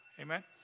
Amen